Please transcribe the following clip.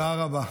תודה רבה.